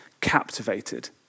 captivated